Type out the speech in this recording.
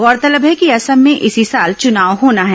गौरतलब है कि असम में इसी साल चुनाव होना है